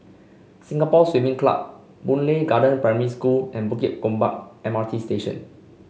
Singapore Swimming Club Boon Lay Garden Primary School and Bukit Gombak M R T Station